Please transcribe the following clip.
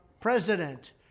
president